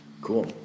Cool